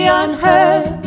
unheard